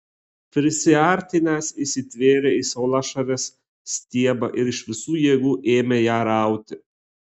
prisiartinęs įsitvėrė į saulašarės stiebą ir iš visų jėgų ėmė ją rauti